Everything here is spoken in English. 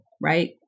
right